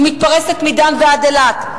היא מתפרסת מדן ועד אילת.